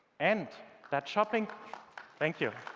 and that shopping thank you.